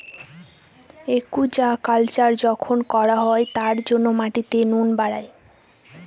aquaculture যখন করা হয় তার জন্য মাটিতে নুন বাড়ায়